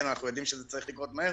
אנחנו יודעים שזה צריך לקרות מהר,